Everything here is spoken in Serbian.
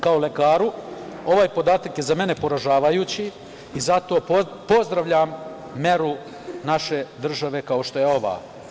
Kao lekaru, ovaj podatak je za mene poražavajući i zato pozdravljam meru naše države kao što je ova.